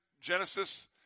Genesis